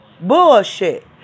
Bullshit